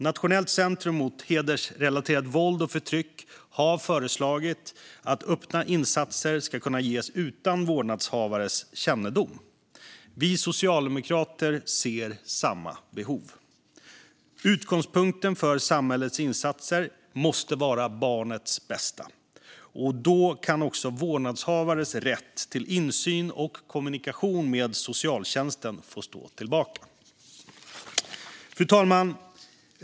Nationellt centrum mot hedersrelaterat våld och förtyck har föreslagit att öppna insatser ska kunna ges utan vårdnadshavares kännedom. Vi socialdemokrater ser samma behov. Utgångspunkten för samhällets insatser måste vara barnets bästa, och då kan vårdnadshavares rätt till insyn och kommunikation med socialtjänsten få stå tillbaka. Fru talman!